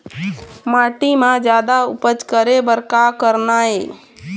माटी म जादा उपज करे बर का करना ये?